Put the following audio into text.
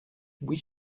huit